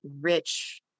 rich